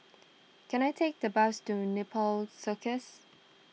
can I take the bus to Nepal Circus